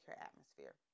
atmosphere